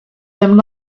them